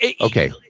okay